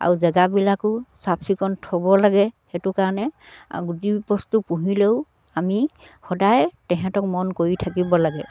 আৰু জেগাবিলাকো চাফ চিকুণ থ'ব লাগে সেইটো কাৰণে যি বস্তু পুহিলেও আমি সদায় তেহেঁতক মন কৰি থাকিব লাগে